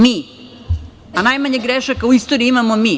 Mi, a najmanje grešaka u istoriji mamo mi.